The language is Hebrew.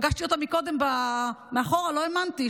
פגשתי אותה קודם מאחור, לא האמנתי.